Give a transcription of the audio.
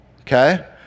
Okay